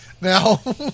Now